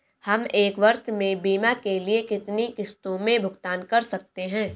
हम एक वर्ष में बीमा के लिए कितनी किश्तों में भुगतान कर सकते हैं?